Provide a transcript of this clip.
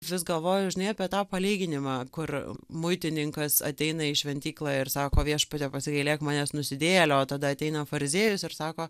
vis galvoju žinai apie tą palyginimą kur muitininkas ateina į šventyklą ir sako viešpatie pasigailėk manęs nusidėjėlio o tada ateina fariziejus ir sako